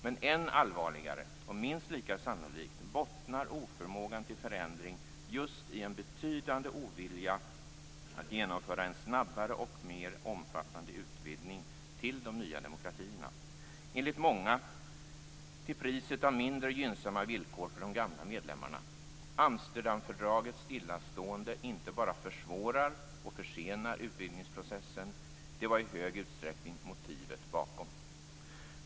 Men än allvarligare, och minst lika sannolikt, är att oförmågan till förändring bottnar just i en betydande ovilja att genomföra en snabbare och mer omfattande utvidgning till de nya demokratierna. Enligt många skulle detta ske till priset av mindre gynnsamma villkor för de gamla medlemmarna. Amsterdamfördragets stillastående inte bara försvårar och försenar utvidgningsprocessen - det var i stor utsträckning motivet bakom.